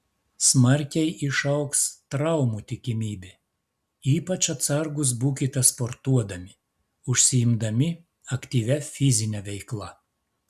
smarkiai išaugs traumų tikimybė ypač atsargūs būkite sportuodami užsiimdami aktyvia fizine veikla